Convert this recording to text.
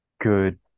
good